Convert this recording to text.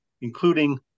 including